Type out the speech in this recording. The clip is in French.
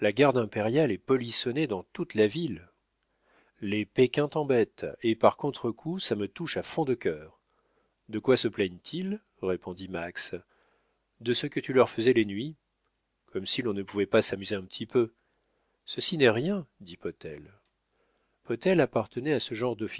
la garde impériale est polissonnée dans toute la ville les péquins t'embêtent et par contre-coup ça me touche à fond de cœur de quoi se plaignent ils répondit max de ce que tu leur faisais les nuits comme si l'on ne pouvait pas s'amuser un petit peu ceci n'est rien dit potel potel appartenait à ce genre